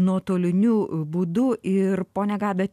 nuotoliniu būdu ir ponia gabe